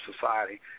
society